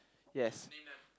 yes